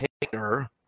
taker